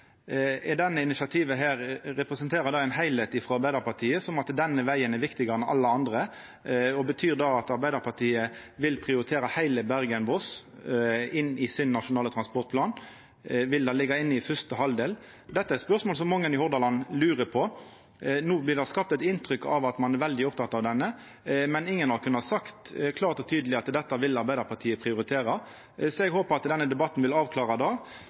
Representerer dette initiativet ein heilskap frå Arbeidarpartiet, slik at denne vegen er viktigare enn alle andre, og betyr det at Arbeidarpartiet vil prioritera heile Bergen–Voss inn i sin nasjonale transportplan? Vil han liggja inne i første halvdel? Dette er spørsmål som mange i Hordaland lurer på. No blir det skapt eit inntrykk av at ein er veldig oppteken av denne vegen, men ingen har kunna sagt klart og tydeleg at dette vil Arbeidarpartiet prioritera. Så eg håpar at denne debatten vil avklara